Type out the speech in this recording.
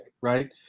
right